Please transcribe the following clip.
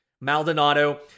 Maldonado